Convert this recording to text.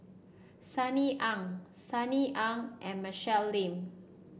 Sunny Ang Sunny Ang and Michelle Lim